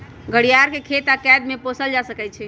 घरियार के खेत आऽ कैद में पोसल जा सकइ छइ